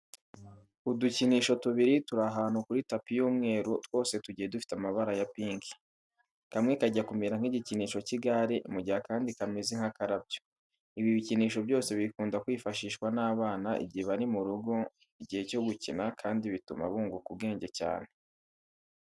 Udukinisho tubiri turi ahantu kuri tapi y'umweru twose tugiye dufite ibara rya pinki. Kamwe kajya kumera nk'igikinisho cy'igare, mu gihe akandi ko kameze nk'akarabyo. Ibi bikinisho byose bikunda kwifashishwa n'abana igihe bari mu rugo mu gihe cyo gukina kandi bituma bunguka ubwenge cyane.